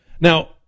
Now